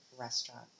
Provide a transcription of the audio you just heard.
restaurant